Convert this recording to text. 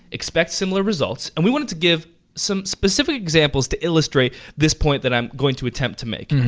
expect similar results and we wanted to give some specific examples to illustrate this point that i'm going to attempt to make.